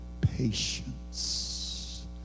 patience